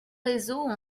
réseaux